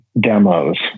demos